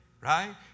right